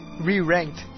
Re-ranked